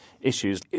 issues